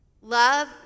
Love